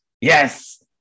Yes